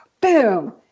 Boom